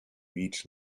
each